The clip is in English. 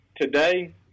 Today